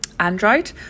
Android